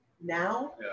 now